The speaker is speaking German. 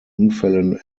unfällen